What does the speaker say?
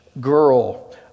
girl